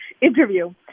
interview